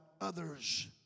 others